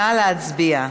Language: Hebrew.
נא להצביע.